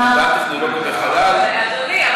אבל אדוני,